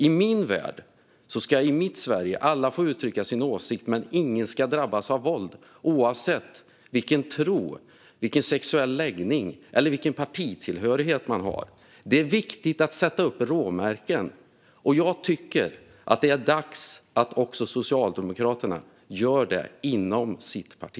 I min värld ska i mitt Sverige alla få uttrycka sin åsikt, men ingen ska drabbas av våld, oavsett vilken tro, sexuell läggning eller partitillhörighet man har. Det är viktigt att sätta upp råmärken, och jag tycker att det är dags att också Socialdemokraterna gör det inom sitt parti.